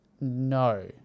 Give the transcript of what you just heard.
No